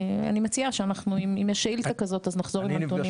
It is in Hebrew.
אני מציעה שאם יש שאילתה כזאת אז נחזור עם הנתונים.